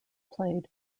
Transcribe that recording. played